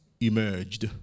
emerged